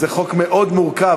זה חוק מאוד מורכב,